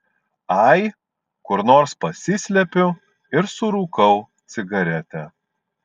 ai kur nors pasislepiu ir surūkau cigaretę